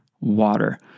water